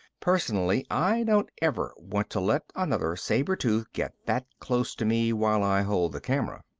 personally, i don't ever want to let another saber-tooth get that close to me while i hold the camera.